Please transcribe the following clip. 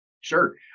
Sure